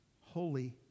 Holy